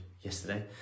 yesterday